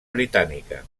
britànica